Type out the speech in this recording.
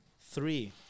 three